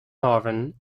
marvin